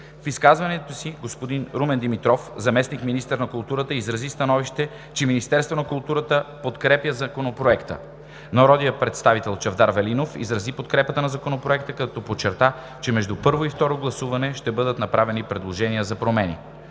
В изказването си господин Румен Димитров – заместник-министър на културата, изрази становище, че Министерството на културата подкрепя Законопроекта. Народният представител Чавдар Велинов изрази подкрепа на Законопроекта, като подчерта, че между първо и второ гласуване ще бъдат направени предложения за промени.